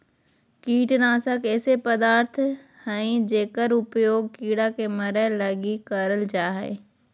कीटनाशक ऐसे पदार्थ हइंय जेकर उपयोग कीड़ा के मरैय लगी करल जा हइ